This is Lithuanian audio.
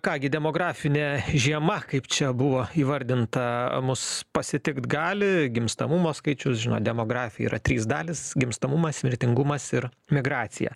ką gi demografinė žiema kaip čia buvo įvardinta mus pasitikt gali gimstamumo skaičius žinot demografija yra trys dalys gimstamumas mirtingumas ir migracija